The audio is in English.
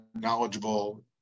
knowledgeable